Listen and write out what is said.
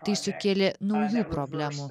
tai sukėlė naujų problemų